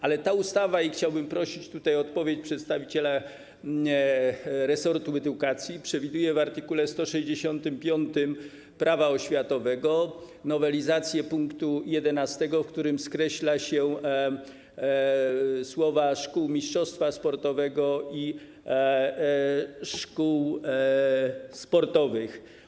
Ale ta ustawa, i chciałbym prosić o odpowiedź przedstawiciela resortu edukacji, przewiduje w art. 165 Prawa oświatowego nowelizację pkt 11, w którym skreśla się wyrazy ˝szkół mistrzostwa sportowego˝ i ˝szkół sportowych˝